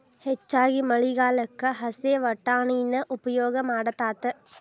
ಹೆಚ್ಚಾಗಿ ಮಳಿಗಾಲಕ್ಕ ಹಸೇ ವಟಾಣಿನ ಉಪಯೋಗ ಮಾಡತಾತ